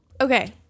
okay